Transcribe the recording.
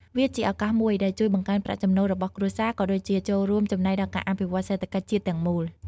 វាជាឱកាសមួយដែលជួយបង្កើនប្រាក់ចំណូលរបស់គ្រួសារ ក៏ដូចជាចូលរួមចំណែកដល់ការអភិវឌ្ឍសេដ្ឋកិច្ចជាតិទាំងមូល។